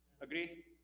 agree